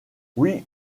oui